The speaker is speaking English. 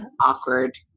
awkward